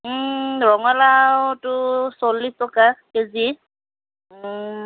ৰঙলাওটো চল্লিছ টকা কেজি